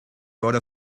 vote